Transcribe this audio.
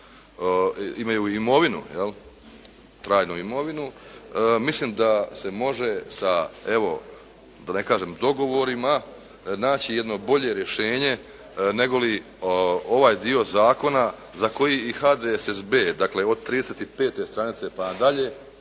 imaju imovinu jel', trajnu imovinu, mislim da se može sa evo da ne kažem dogovorima naći jedno bolje rješenje nego li ovaj dio zakona za koji i HDSSB, dakle od 35 stranice pa dalje,